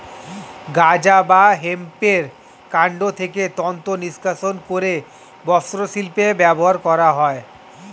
গাঁজা বা হেম্পের কান্ড থেকে তন্তু নিষ্কাশণ করে বস্ত্রশিল্পে ব্যবহার করা হয়